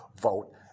vote